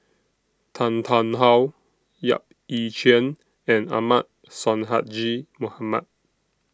Tan Tarn How Yap Ee Chian and Ahmad Sonhadji Mohamad